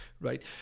right